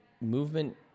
movement